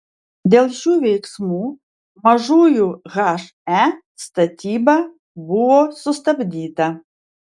dėl šių veiksmų mažųjų he statyba buvo sustabdyta